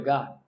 God